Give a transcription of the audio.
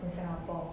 in singapore